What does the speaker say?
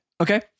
Okay